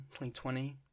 2020